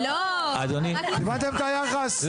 הבנתם את היחס,